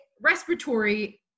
respiratory